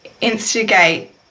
instigate